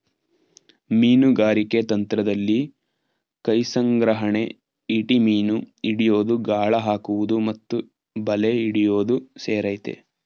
ಮೀನುಗಾರಿಕೆ ತಂತ್ರದಲ್ಲಿ ಕೈಸಂಗ್ರಹಣೆ ಈಟಿ ಮೀನು ಹಿಡಿಯೋದು ಗಾಳ ಹಾಕುವುದು ಮತ್ತು ಬಲೆ ಹಿಡಿಯೋದು ಸೇರಯ್ತೆ